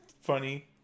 funny